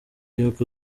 y’uko